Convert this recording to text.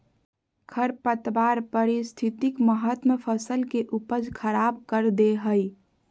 खरपतवार पारिस्थितिक महत्व फसल के उपज खराब कर दे हइ